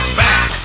back